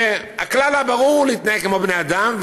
והכלל הברור הוא להתנהג כמו בני אדם,